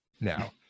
now